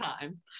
time